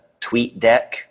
TweetDeck